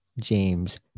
James